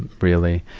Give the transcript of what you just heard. really.